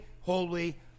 holy